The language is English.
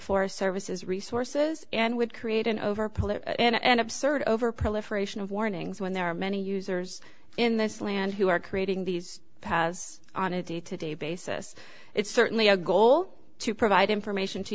forest service is resources and would create an over political and absurd over proliferation of warnings when there are many users in this land who are creating these pass on a day to day basis it's certainly a goal to provide information to